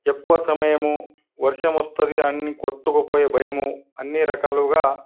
ఎక్కువ సమయము వర్షము వస్తుంది అన్నీ కొట్టుకుపోయే భయము అన్నీ రకాలుగా